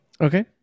okay